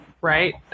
right